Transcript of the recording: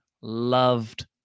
loved